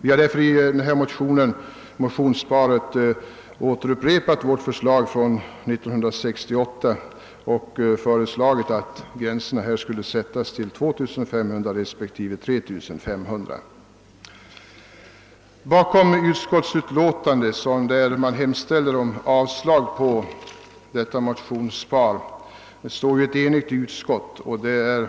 Vi har därför i motionsparet upprepat vårt förslag från 1968 och föreslagit att gränserna skulle sättas vid 2 500 respektive 3 500 kronor. Bakom det utskottsutlåtande som hemställer om avslag på vad som yrkas 1 vårt motionspar står ett enigt utskott, varför